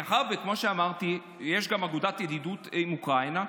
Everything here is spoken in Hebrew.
מאחר שכמו שאמרתי יש אגודת ידידות עם אוקראינה,